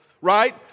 right